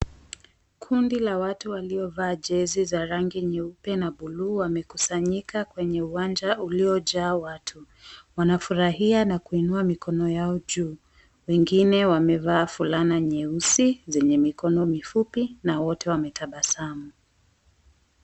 Kundi la watu waliovaa jezi za rangi nyeupe na buluu wamekusanyika kwenye uwanja uliojaa watu. Wanafurahia na kuinua mikono yao juu wengine wamevaa fulana nyeusi zenye mikono mifupi na wote wametabasamu.